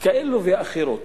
כאלה ואחרות,